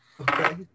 Okay